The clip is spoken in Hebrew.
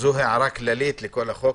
זו הערה כללית לחוק.